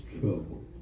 trouble